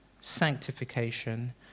sanctification